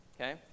Okay